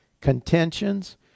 contentions